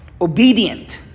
obedient